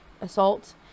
assault